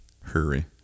hurry